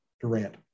Durant